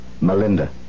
Melinda